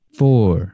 four